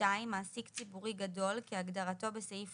(2)מעסיק ציבורי גדול כהגדרתו בסעיף